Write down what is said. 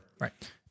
Right